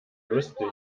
lustig